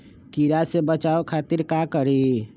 कीरा से बचाओ खातिर का करी?